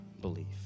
belief